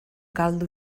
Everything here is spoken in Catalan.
caldo